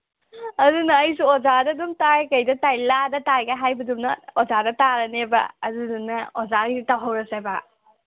ꯑꯗꯨꯅ ꯑꯩꯁꯨ ꯑꯣꯖꯥꯗ ꯑꯗꯨꯝ ꯇꯥꯏ ꯀꯩꯗ ꯇꯥꯏ ꯂꯥꯗ ꯇꯥꯏꯒ ꯍꯥꯏꯕꯗꯨꯝꯅ ꯑꯣꯖꯥꯗ ꯇꯥꯔꯅꯦꯕ ꯑꯗꯨꯗꯨꯅ ꯑꯣꯖꯥꯒꯤ ꯇꯧꯍꯧꯔꯁꯦꯕ